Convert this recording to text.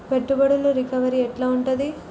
పెట్టుబడుల రికవరీ ఎట్ల ఉంటది?